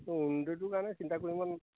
কাৰণে চিন্তা